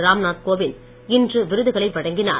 ராம்நாத் கோவிந்த் இன்று விருதுகளை வழங்கினார்